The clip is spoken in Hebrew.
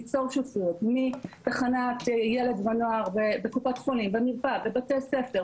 ליצור שותפויות מתחנת ילד ונוער בקופת חולים ומרפאה ובתי ספר.